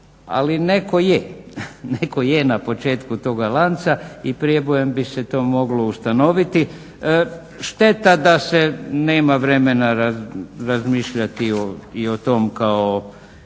ali netko je na početku toga lanca i prijebojem bi se to moglo ustanoviti. Šteta da se nema vremena razmišljati i o tom kao